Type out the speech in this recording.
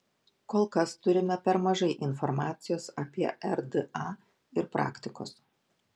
kol kas turime per mažai informacijos apie rda ir praktikos